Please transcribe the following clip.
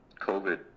covid